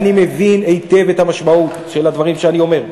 אני מבין היטב את המשמעות של הדברים שאני אומר,